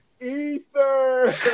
ether